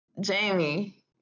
Jamie